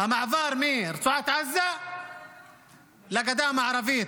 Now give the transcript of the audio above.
המעבר מרצועת עזה לגדה המערבית,